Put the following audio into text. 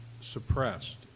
suppressed